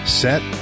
set